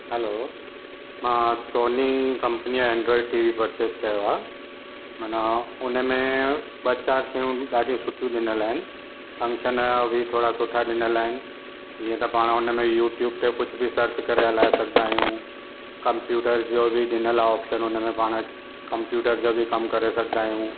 हलो मां Sony company Android T V purchase कयो आहे माना उन में ॿ चारि शयूं ॾाढियूं सुठियूं ॾिनल आहिनि फंक्शन जा बि थोरा सुठा ॾिनल आहिनि जीअं त पाण हुन में यूट्यूब ते कुझु बि सर्च करे हलाए सघंदा आहियूं कंप्युटर जो बि ॾिनल आ ऑप्शन हुन में पाण कंप्युटर जा बि कमु करे सघंदा आहियूं